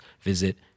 visit